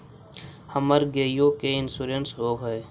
हमर गेयो के इंश्योरेंस होव है?